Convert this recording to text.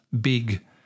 big